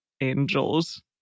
angels